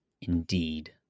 Indeed